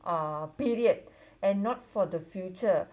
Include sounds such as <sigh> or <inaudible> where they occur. uh period <breath> and not for the future